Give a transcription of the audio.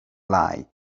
lie